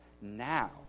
now